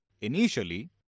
initially